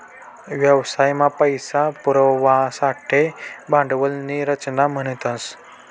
व्यवसाय मा पैसा पुरवासाठे भांडवल नी रचना म्हणतस